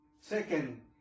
Second